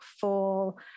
full